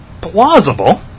plausible